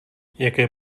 jaké